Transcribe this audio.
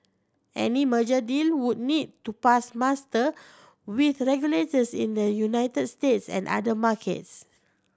any merger deal would need to pass muster with regulators in the United States and other markets